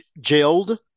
jailed